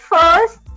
first